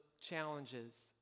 challenges